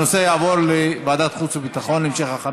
הנושא יעבור לוועדת חוץ וביטחון להמשך הכנה